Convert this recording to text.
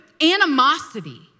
animosity